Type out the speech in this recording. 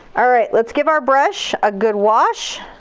alright, let's give our brush a good wash.